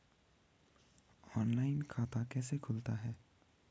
Online खाता कैसे खुलता है?